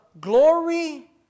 glory